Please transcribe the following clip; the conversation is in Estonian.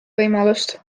võimalust